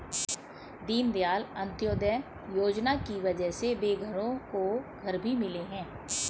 दीनदयाल अंत्योदय योजना की वजह से बेघरों को घर भी मिले हैं